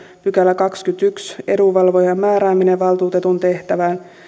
pykälä edunvalvojan määrääminen valtuutetun tehtävään